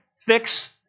fix